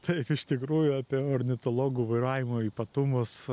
taip iš tikrųjų apie ornitologų vairavimo ypatumus